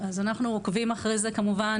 אנחנו עוקבים אחרי זה כמובן.